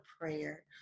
prayer